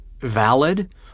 Valid